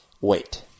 wait